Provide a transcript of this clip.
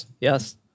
Yes